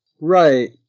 Right